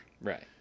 right